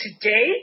today